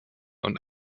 und